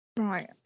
Right